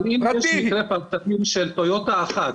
אבל אם יש מקרה פרטני של טויוטה אחת,